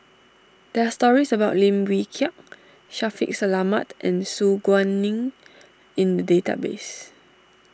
there are stories about Lim Wee Kiak Shaffiq Selamat and Su Guaning in the database